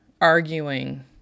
arguing